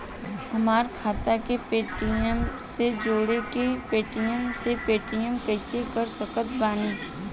हमार खाता के पेटीएम से जोड़ के पेटीएम से पेमेंट कइसे कर सकत बानी?